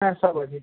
হ্যাঁ সব আছে